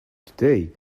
today